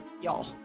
y'all